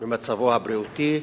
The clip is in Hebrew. במצבו הבריאותי,